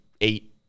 eight